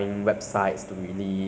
you can do lah to prevent